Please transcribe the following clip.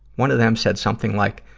one of them said something like,